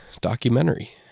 documentary